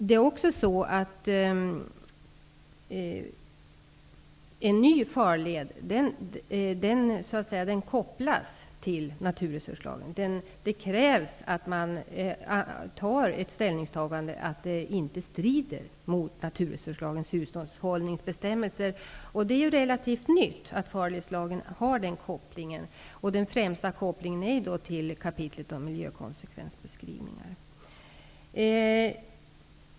En ny farled kopplas så att säga till naturresurslagen. Det krävs att en sådan farled inte strider mot naturresurslagens hushållningsbestämmelser. Denna koppling är relativt ny. Den främsta kopplingen gäller kapitlet om miljökonsekvensbeskrivningar.